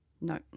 No